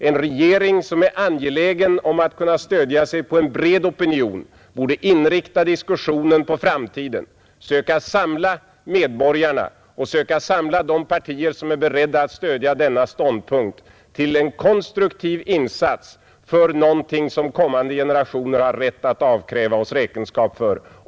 En regering som är angelägen om att kunna stödja sig på en bred opinion borde inrikta diskussionen på framtiden, söka samla medborgarna och söka samla de partier som är beredda att stödja en sådan ståndpunkt till en konstruktiv insats för någonting som kommande generationer har rätt att avkräva oss räkenskap för.